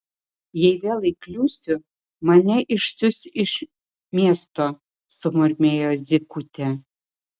jei vėl įkliūsiu mane išsiųs iš miesto sumurmėjo zykutė